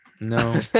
No